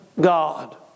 God